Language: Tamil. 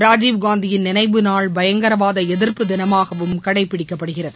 ராஜீவ்காந்தியின் நினைவு நாள் பயங்கரவாத எதிர்ப்பு தினமாகவும் கடைபிடிக்கப்படுகிறது